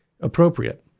appropriate